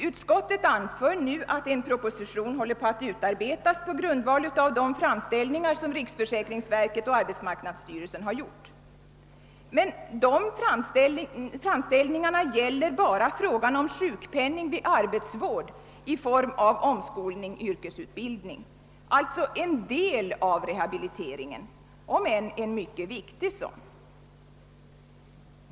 Utskottet anför nu att en proposition håller på att utarbetas på grundval av de framställningar som riksförsäkringsverket och arbetsmarknadsstyrelsen har gjort. Men dessa framställningar gäller bara frågan om sjukpenning vid arbetsvård i form av omskolning-yrkesutbildning, alltså en del av rehabiliteringen. om än en mycket viktig sådan.